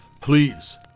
please